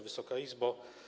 Wysoka Izbo!